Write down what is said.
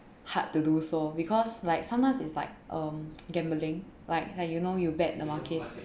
hard to do so because like sometimes it's like um gambling like like you know you bet in the markets